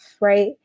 right